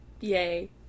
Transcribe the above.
Yay